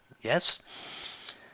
yes